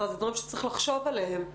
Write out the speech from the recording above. אלה דברים שצריך לחשוב עליהם.